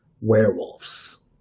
werewolves